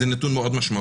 זה נתון מאוד משמעותי.